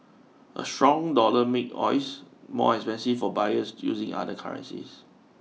a strong dollar make oils more expensive for buyers using other currencies